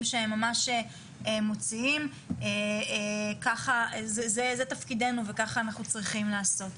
שהם מוציאים זה תפקידנו וכך אנחנו צריכים לעשות.